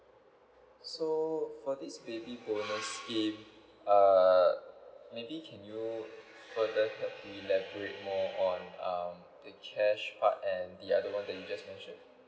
so for this baby bonus scheme err maybe can you further uh to elaborate more on um the cash part and the other one that you just mentioned